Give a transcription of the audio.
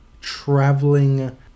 traveling